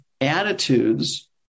attitudes